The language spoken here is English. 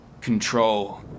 control